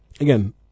again